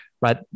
right